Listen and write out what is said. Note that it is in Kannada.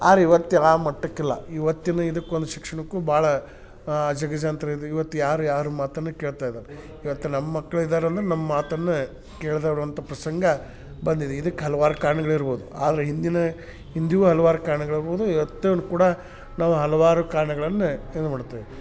ಆದ್ರ್ ಇವತ್ತು ಆ ಮಟ್ಟಕ್ಕೆ ಇಲ್ಲ ಇವತ್ತಿನ ಇದಕ್ ಒಂದು ಶಿಕ್ಷಣಕ್ಕೂ ಭಾಳ ಅಜಗಜಾಂತರ ಇದು ಇವತ್ತು ಯಾರೂ ಯಾರ ಮಾತನ್ನೂ ಕೇಳ್ತಾ ಇಲ್ಲ ಇವತ್ತು ನಮ್ಮ ಮಕ್ಕಳು ಇದ್ದಾರೆ ಅಂದ್ರೆ ನಮ್ಮ ಮಾತನ್ನೇ ಕೇಳದೇ ಇರುವಂಥ ಪ್ರಸಂಗ ಬಂದಿದೆ ಇದಕ್ ಹಲ್ವಾರು ಕಾರ್ಣಗಳಿರ್ಬೋದು ಆದರೆ ಹಿಂದಿನ ಹಿಂದಿಗೂ ಹಲ್ವಾರು ಕಾರಣಗಳಿರ್ಬೋದು ಇವತ್ತಿಗೆ ಕೂಡ ನಾವು ಹಲವಾರು ಕಾರ್ಣಗಳನ್ನು ಇದು ಮಾಡ್ತೀವಿ